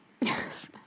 Yes